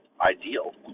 ideal